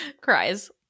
Cries